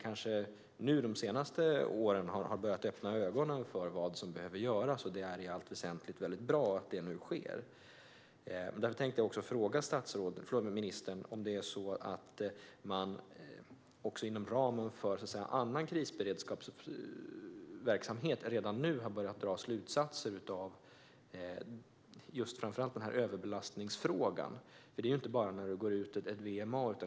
De senaste åren har vi börjat öppna ögonen för vad som behöver göras, och det är i allt väsentligt bra. Jag vill fråga ministern om man inom ramen för annan krisberedskapsverksamhet redan nu har börjat dra slutsatser av framför allt överbelastningsfrågan. Det gäller inte bara när det går ut ett VMA.